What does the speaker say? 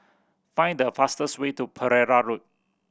find the fastest way to Pereira Road